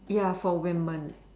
ya for women